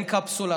אין קפסולה?